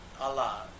Allah